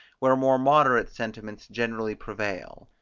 where more moderate sentiments generally prevail.